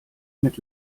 mit